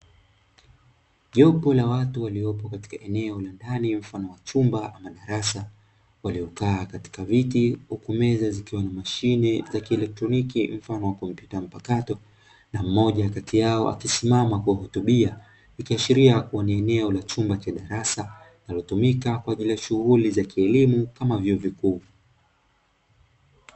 Jopo la watu waliopo katika eneo la ndani mfano wa chumba waliokaa katika viti hukumeza zikiwa na mashine za kielektroniki mfano wa kompyuta mpakato na mmoja kati yao akisimama kwa kutumia nikiashiria kuni eneo la chumba cha dara sa ni kutumika kwa ajili ya shughuli za kielimu kama vyuo vikuu.